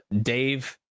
Dave